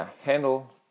handle